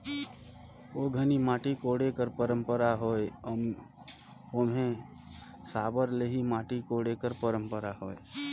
ओ घनी माटी कोड़े कर पंरपरा होए ओम्हे साबर ले ही माटी कोड़े कर परपरा होए